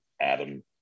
Adam